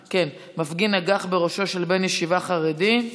מפגין נגח בראשו של בן ישיבה חרדי,